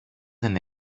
δεν